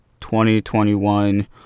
2021